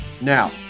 Now